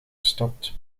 gestapt